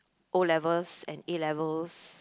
O-levels and A-levels